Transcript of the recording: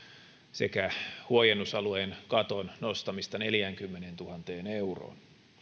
sekä huojennusalueen katon nostamista neljäänkymmeneentuhanteen euroon